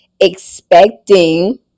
expecting